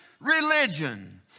religion